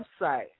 website